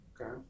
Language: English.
okay